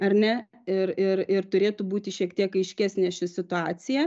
ar ne ir ir ir turėtų būti šiek tiek aiškesnė ši situacija